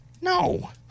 No